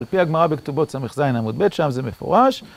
לפי הגמרא בכתובות ס"ז עמוד ב', שם זה מפורש.